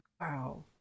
wow